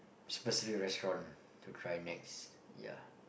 specific restaurant to try next ya